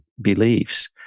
beliefs